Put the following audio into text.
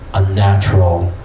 a natural,